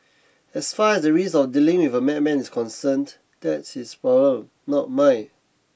as far as the risk of dealing with a madman is concerned that's his problem not mine